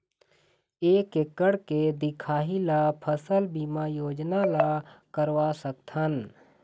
एक एकड़ के दिखाही ला फसल बीमा योजना ला करवा सकथन?